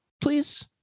please